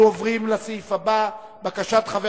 אנחנו עוברים לסעיף הבא: בקשת חבר